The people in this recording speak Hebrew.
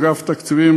לאגף תקציבים,